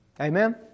Amen